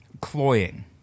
cloying